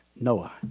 Noah